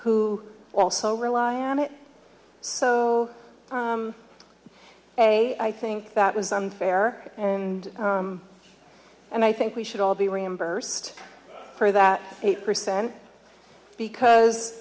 who also rely on it so they i think that was unfair and i think we should all be reimbursed for that eight percent because